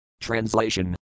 Translation